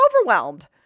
overwhelmed